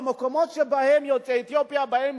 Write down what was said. במקומות שבהם יוצאי אתיופיה באים